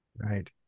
Right